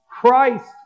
Christ